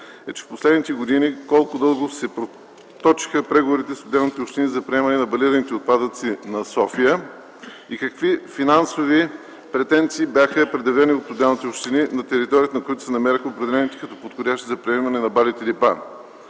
е в последните години колко дълго се проточиха преговорите с отделните общини за приемане на балираните отпадъци на София и какви финансови претенции бяха предявени от отделните общини, на територията на които се намираха определените като подходящи за приемане на балите депа.